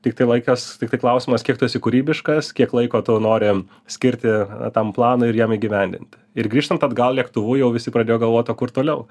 tiktai laikas tiktai klausimas kiek tu esi kūrybiškas kiek laiko tu nori skirti tam plaui ir jam įgyvendinti ir grįžtant atgal lėktuvu jau visi pradėjo galvot o kur toliau